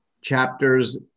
chapters